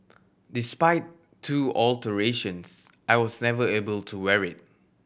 despite two alterations I was never able to wear it